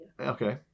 Okay